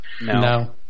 No